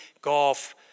golf